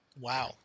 Wow